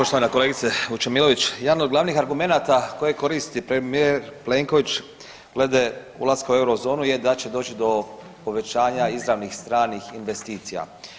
Poštovana kolegice Vučemilović, jedan od glavnih argumenata koje koristi premijer Plenković glede ulaska u Eurozonu je da će doći do povećanja izravnih stranih investicija.